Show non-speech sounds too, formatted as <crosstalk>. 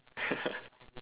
<laughs>